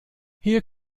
hier